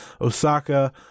Osaka